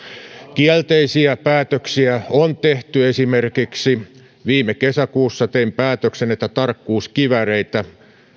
kielteisiä päätöksiä on tehty esimerkiksi viime kesäkuussa tein päätöksen että tarkkuuskivääreitä